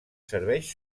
serveix